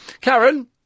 Karen